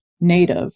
native